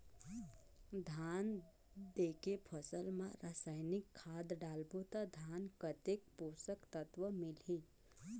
धान देंके फसल मा रसायनिक खाद डालबो ता धान कतेक पोषक तत्व मिलही?